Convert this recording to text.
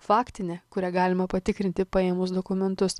faktinė kurią galima patikrinti paėmus dokumentus